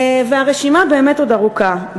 והרשימה באמת עוד ארוכה,